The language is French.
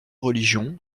religion